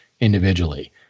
individually